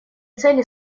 цели